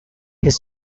his